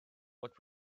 what